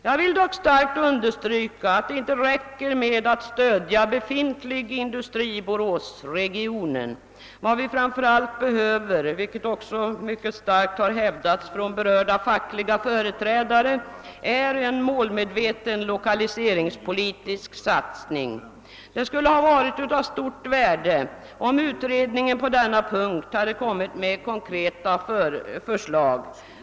Jag vill dock starkt understryka att det inte räcker med att stödja befintlig industri i Boråsregionen. Vad vi framför allt behöver, vilket också mycket starkt har hävdats från berörda fackliga företrädare, är en målmedveten lokaliseringspolitisk satsning. Det skulle ha varit av stort värde om utredningen på denna punkt hade framlagt konkreta förslag.